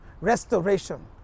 restoration